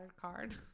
card